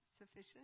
sufficient